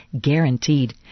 guaranteed